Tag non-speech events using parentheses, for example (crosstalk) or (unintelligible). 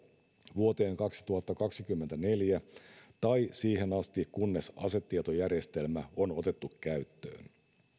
vuoteen kaksituhattakaksikymmentäneljä (unintelligible) (unintelligible) (unintelligible) (unintelligible) (unintelligible) tai siihen asti kunnes asetietojärjestelmä on otettu käyttöön